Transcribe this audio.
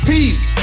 Peace